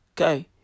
okay